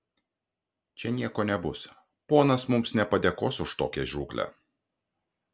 čia nieko nebus ponas mums nepadėkos už tokią žūklę